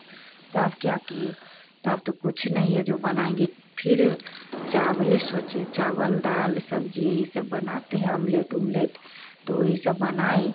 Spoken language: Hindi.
तो अब क्या किए तो अब तो कुछ नहीं है जो बनाएँगे फिर चावले सोचे चावल दाल सब्जी यही सब बनाते है अम्लेट उम्लेट तो वही सब बनाए